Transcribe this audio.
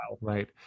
Right